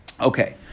Okay